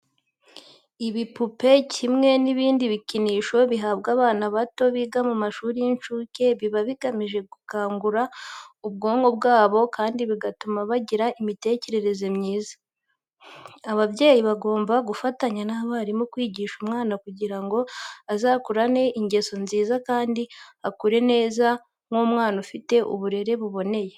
Ibipupe kimwe n'ibindi bikinisho bihabwa abana bato biga mu mashuri y'incuke biba bigamije gukangura ubwonko bwabo kandi bigatuma bagira imitekerereze myiza. Ababyeyi bagomba gufatanya n'abarimu kwigisha umwana kugira ngo azakurane ingeso nziza kandi akure neza nk'umwana ufite uburere buboneye.